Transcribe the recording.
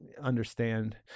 understand